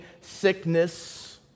sickness